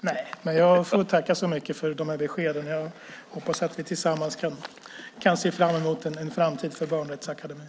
Herr talman! Jag får tacka så mycket för de här beskeden. Jag hoppas att vi tillsammans kan se fram emot en framtid för Barnrättsakademin.